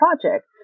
project